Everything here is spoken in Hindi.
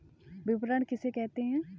विपणन किसे कहते हैं?